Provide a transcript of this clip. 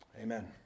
amen